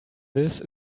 this